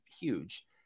huge